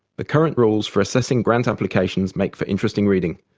the current rules for assessing grant applications make for interesting reading.